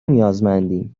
نیازمندیم